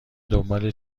دنبال